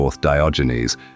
Diogenes